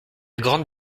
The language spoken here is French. grande